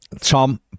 Tom